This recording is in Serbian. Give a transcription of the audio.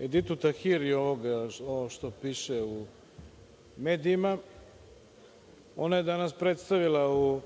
Editu Tahiri i ovoga što piše u medijima. Ona je danas predstavila u